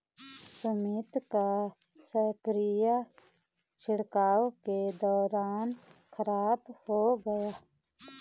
सुमित का स्प्रेयर छिड़काव के दौरान खराब हो गया